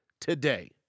today